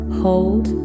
hold